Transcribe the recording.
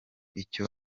icyo